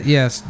Yes